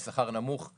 בוא ניתן חינוך חינם,